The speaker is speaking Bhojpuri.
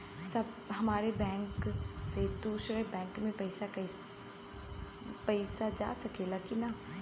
हमारे बैंक से दूसरा बैंक में पैसा जा सकेला की ना?